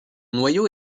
noyau